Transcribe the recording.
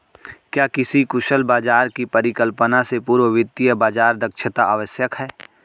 क्या किसी कुशल बाजार की परिकल्पना से पूर्व वित्तीय बाजार दक्षता आवश्यक है?